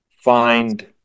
find